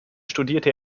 studierte